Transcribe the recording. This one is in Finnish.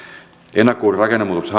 ennakoidun rakennemuutoksen